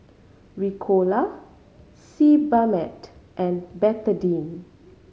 Ricola Sebamed and Betadine